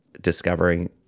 discovering